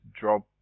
drop